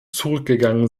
zurückgegangen